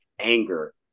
anger